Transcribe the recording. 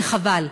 וחבל,